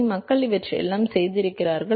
எனவே மக்கள் இவற்றையெல்லாம் செய்திருக்கிறார்கள்